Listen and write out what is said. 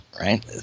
Right